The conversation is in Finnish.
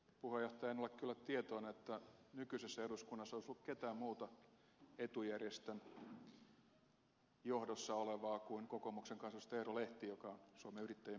en ole kyllä tietoinen että nykyisessä eduskunnassa olisi ollut ketään muuta etujärjestön johdossa olevaa kuin kokoomuksen kansanedustaja eero lehti joka suomen yrittäjien puheenjohtajana toimi pitkän aikaa